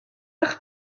eich